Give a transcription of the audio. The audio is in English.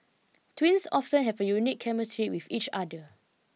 twins often have unique chemistry with each other